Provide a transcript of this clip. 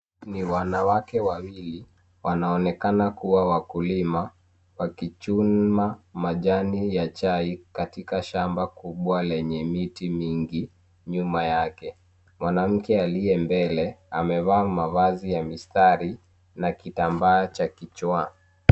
Ni wanawake wawili, wanaonekana kuwa wakulima, wakichuma majani ya chai, katika shamba kubwa lenye miti mingi nyuma yake. Mwanamke aliye mbele, amevaa mavazi ya mistari, na kitambaa cha kichwa.